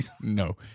No